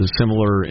similar